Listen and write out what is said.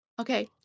Okay